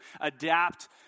adapt